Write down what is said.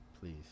Please